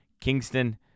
Kingston